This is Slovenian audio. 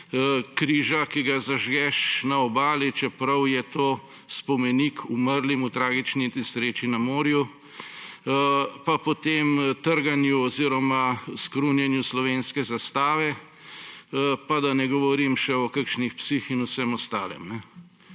križa, ki ga zažgeš na obali, čeprav je to spomenik umrlim v tragični nesreči na morju, pa potem trganja oziroma skrunjenja slovenske zastave, da ne govorim še o kakšnih psih in vsem ostalem?